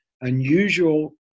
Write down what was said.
unusual